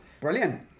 Brilliant